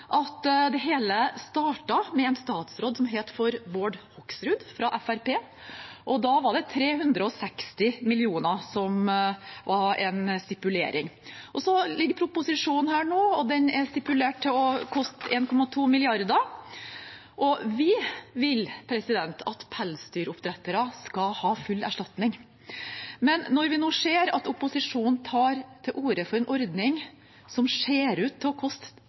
at det hele startet med en statsråd som het Bård Hoksrud, fra Fremskrittspartiet. Da var det 360 mill. kr som var en stipulering. Nå ligger proposisjonen her, og i den er det stipulert til å koste 1,2 mrd. kr. Vi vil at pelsdyroppdretterne skal ha full erstatning, men når vi nå ser at opposisjonen tar til orde for en ordning som ser ut til å koste